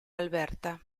alberta